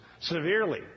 severely